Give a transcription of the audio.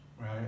right